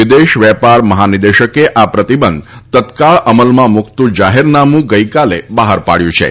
વિદેશ વેપરના મહાનિદેશકે આ પ્રતિબંધ તત્કાળ અમલમાં મૂકતું જાહેરનામું ગઈકાલે બહાર પાડયું હતું